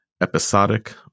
episodic